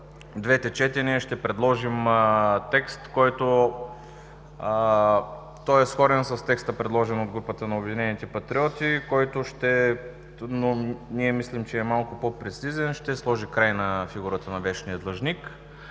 двете четения ще предложим текст – сходен с текста, предложен от групата на „Обединените патриоти“, който мислим, че е малко по-прецизен и ще сложи край на фигурата на вечния длъжник.